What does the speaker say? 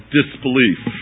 disbelief